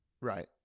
Right